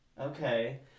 Okay